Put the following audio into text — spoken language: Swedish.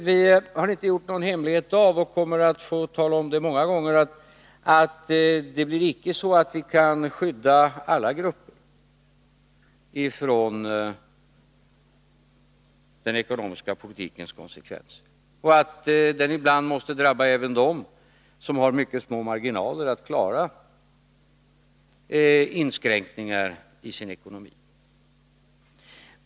Vi har inte gjort någon hemlighet av, och vi kommer att få tala om det många gånger, att vi icke kan skydda alla grupper från den ekonomiska politikens konsekvenser, utan att den ibland måste drabba även dem som har mycket små marginaler för att klara inskränkningar i sin ekonomi.